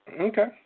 Okay